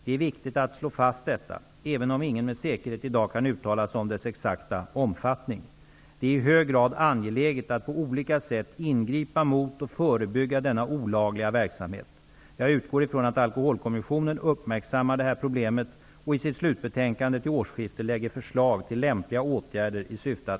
Det är viktigt att slå fast detta, även om ingen med säkerhet i dag kan uttala sig om dess exakta omfattning. Det är i hög grad angeläget att på olika sätt ingripa mot och förebygga denna olagliga verksamhet. Jag utgår ifrån att